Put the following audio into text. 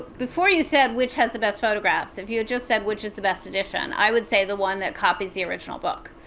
before you said, which has the best photographs, if you had just said which is the best edition, i would say the one that copies the original book,